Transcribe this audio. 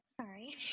sorry